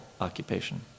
occupation